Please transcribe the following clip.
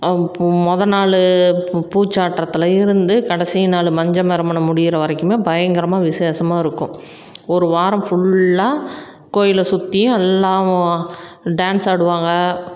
இப்போது முத நாள் பூ பூசாட்றத்துல இருந்து கடசி நாள் மஞ்ச மறுமணம் முடிகிற வரைக்குமே பயங்கரமாக விஷேசமாக இருக்கும் ஒருவாரம் ஃபுல்லாக கோயிலை சுற்றியும் எல்லாவும் டான்ஸ் ஆடுவாங்க